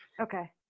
Okay